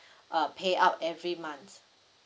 uh payout every month